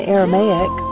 Aramaic